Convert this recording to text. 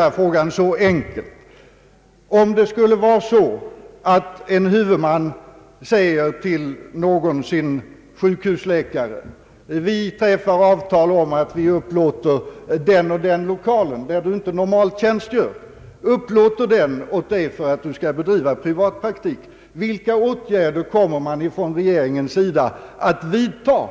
Antag att en huvudman säger till någon av sina sjukhusläkare att avtal kan träffas om att sjukhuset upplåter den och den lokalen, där läkaren normalt inte tjänstgör, för att läkaren där skall kunna driva privatpraktik. Jag skulle då kunna ställa frågan så enkelt: Vilka åtgärder kommer regeringen att vidta